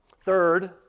Third